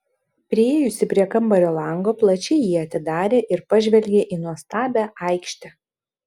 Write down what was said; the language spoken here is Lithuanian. priėjusi prie kambario lango plačiai jį atidarė ir pažvelgė į nuostabią aikštę